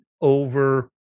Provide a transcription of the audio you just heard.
over